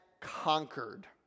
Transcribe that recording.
conquered